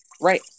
right